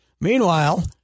Meanwhile